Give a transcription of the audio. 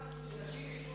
שנשים ישבו,